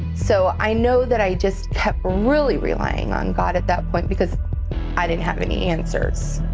so i know that i just kept really relying on god at that point, because i didn't have any answers.